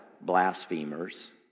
blasphemers